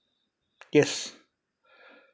yes